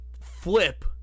Flip